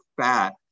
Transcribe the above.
fat